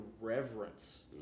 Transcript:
reverence